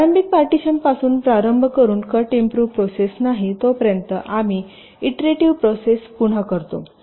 प्रारंभिक पार्टीशनपासून प्रारंभ करून कट इम्प्रूव्ह प्रोसेस नाही तोपर्यंत आम्ही इट्रेटिव्ह प्रोसेस पुन्हा करतो